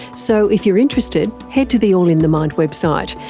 so if you're interested head to the all in the mind website.